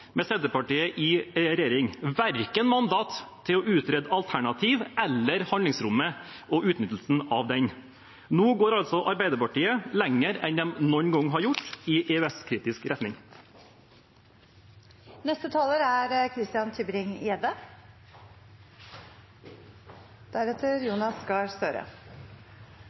med Senterpartiet i regjering, verken mandat til å utrede alternativ eller handlingsrommet og utnyttelsen av det. Nå går altså Arbeiderpartiet lenger enn de noen gang har gjort i EØS-kritisk retning.